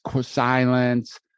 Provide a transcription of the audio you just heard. silence